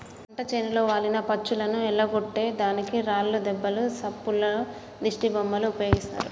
పంట చేనులో వాలిన పచ్చులను ఎల్లగొట్టే దానికి రాళ్లు దెబ్బ సప్పుల్లో దిష్టిబొమ్మలు ఉపయోగిస్తారు